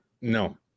no